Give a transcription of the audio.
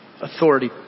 authority